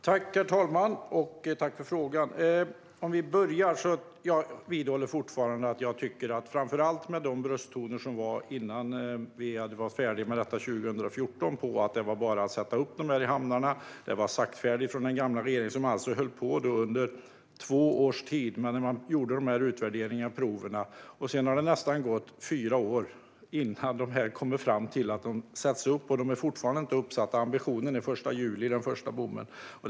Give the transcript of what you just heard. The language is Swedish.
Herr talman! Tack för frågan! Jag vidhåller fortfarande att det var brösttoner innan vi var färdiga med detta 2014 om att det bara var att sätta upp alkobommarna i hamnarna. Det var saktfärdigt från den gamla regeringen som höll på i två års tid med att göra utvärderingen och proven. Sedan har det nästan gått fyra år innan man kom fram till att de ska sättas upp, och de är fortfarande inte uppsatta. Ambitionen är att den första bommen ska vara uppsatt den 1 juli.